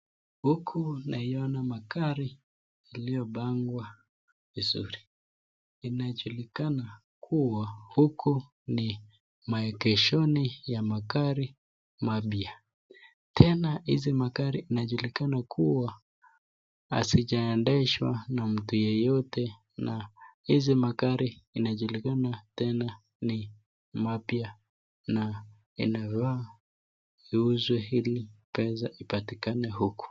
Huku naona magari iliyopangwa vizuri, imejulikana kuwa huku ni maegeshoni, ya magari mpya, tena hizi magari inajulikana kuwa halijaedeshwa na mtu yeyote, hizi magari inajulikana tena ni mapya na yanafaa uizwe ile iweze kupatinaka huku.